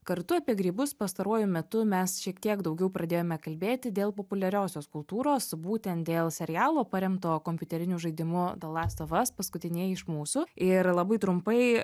kartu apie grybus pastaruoju metu mes šiek tiek daugiau pradėjome kalbėti dėl populiariosios kultūros būtent dėl serialo paremto kompiuteriniu žaidimu dalasto vas paskutinieji iš mūsų ir labai trumpai